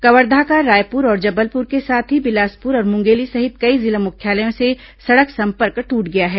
कवर्धा का रायपुर और जबलपुर के साथ ही बिलासपुर और मुंगेली सहित कई जिला मुख्यालयों से सड़क सम्पर्क दूट गया है